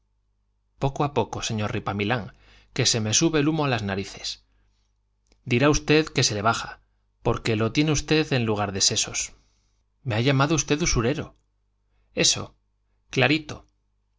poco a poco señor ripamilán que se me sube el humo a las narices dirá usted que se le baja porque lo tiene usted en lugar de sesos me ha llamado usted usurero eso clarito